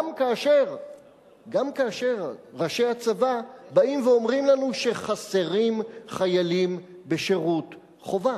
גם כאשר ראשי הצבא באים ואומרים לנו שחסרים חיילים בשירות חובה.